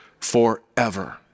forever